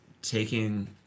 Taking